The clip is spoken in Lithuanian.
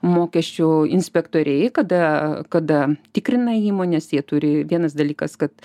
mokesčių inspektoriai kada kada tikrina įmones jie turi vienas dalykas kad